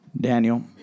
Daniel